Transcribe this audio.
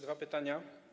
Dwa pytania.